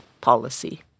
policy